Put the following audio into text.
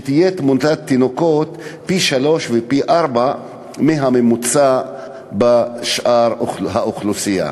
תהיה תמותת התינוקות פי-שלושה ופי-ארבעה מהממוצע בשאר האוכלוסייה.